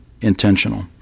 intentional